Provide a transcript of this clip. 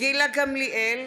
גילה גמליאל,